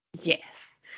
Yes